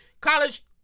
college